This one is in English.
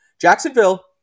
Jacksonville